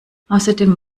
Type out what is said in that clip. außerdem